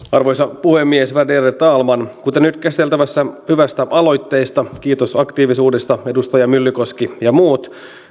arvoisa puhemies värderade talman kuten nyt käsiteltävästä hyvästä aloitteesta kiitos aktiivisuudesta edustaja myllykoski ja muut